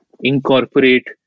incorporate